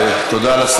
תודה, אילן.